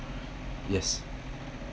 yes